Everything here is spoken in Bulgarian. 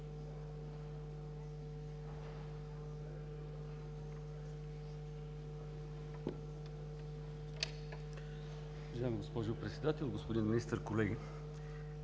Уважаема госпожо Председател, господин Министър, колеги!